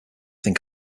think